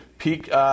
peak